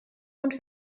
und